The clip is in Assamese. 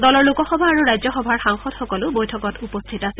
দলৰ লোকসভা আৰু ৰাজ্যসভা সাংসদ সকলো বৈঠক উপস্থিত আছিল